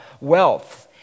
wealth